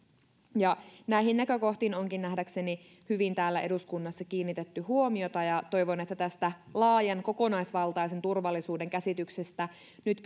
näihin näkökohtiin onkin nähdäkseni hyvin täällä eduskunnassa kiinnitetty huomiota ja toivon että tästä laajan kokonaisvaltaisen turvallisuuden käsityksestä nyt